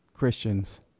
christians